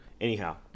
Anyhow